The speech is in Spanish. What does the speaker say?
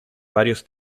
varios